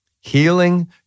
healing